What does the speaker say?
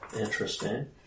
Interesting